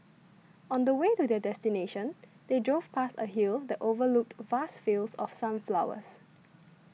on the way to their destination they drove past a hill that overlooked vast fields of sunflowers